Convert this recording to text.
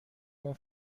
اون